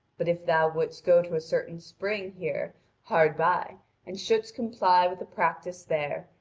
but if thou wouldst go to a certain spring here hard by and shouldst comply with the practice there,